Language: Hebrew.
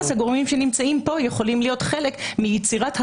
אז הגורמים שנמצאים פה יכולים להיות חלק מיצירת החריגים,